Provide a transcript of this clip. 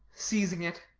seizing it.